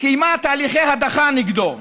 קיימה תהליכי הדחה נגדו.